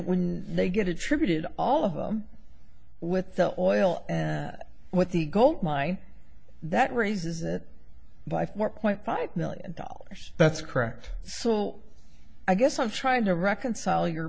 when they get attributed all of them with the oil and what the gold mine that raises it by four point five million dollars that's correct so i guess i'm trying to reconcile your